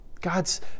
God's